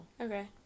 Okay